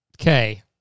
Okay